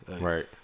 Right